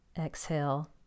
exhale